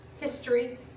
history